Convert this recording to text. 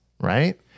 right